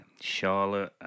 Charlotte